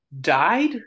died